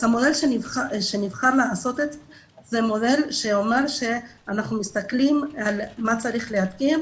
אז המודל שנבחר הוא מודל שאומר שאנחנו מסתכלים על מה צריך להתקין,